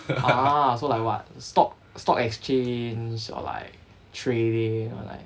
ah so like what stock stock exchange or like trading or like